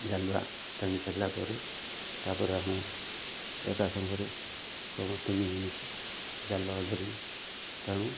ଜାଲୁଆ ଟାଣି ସାରିଲା ପରେ ତାପରେ ଆମେ ଏକା ସାଙ୍ଗରେ ସମସ୍ତେ ମିଳିମିଶି ଜାଲ ଧରି ଟାଣୁ